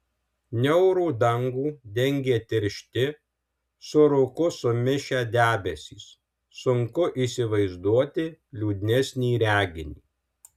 niaurų dangų dengė tiršti su rūku sumišę debesys sunku įsivaizduoti liūdnesnį reginį